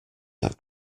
that